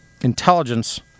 intelligence